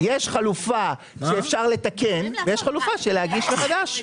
יש חלופה שאפשר לתקן ויש חלופה של להגיש מחדש.